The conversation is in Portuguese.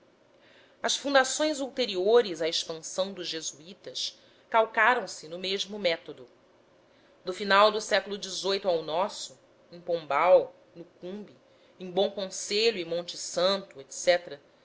as fundações ulteriores à expulsão dos jesuítas calcaram se no mesmo método do final do século xviii ao nosso em pombal no cumbe em bom conselho e monte santo